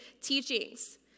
teachings